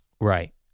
Right